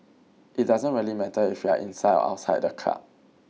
it doesn't really matter if you are inside or outside the club